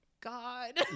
god